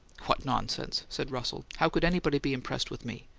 what nonsense! said russell. how could anybody be impressed with me?